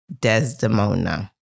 Desdemona